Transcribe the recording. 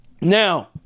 Now